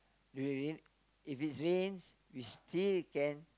if it rain if it's rains we still can